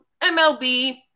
MLB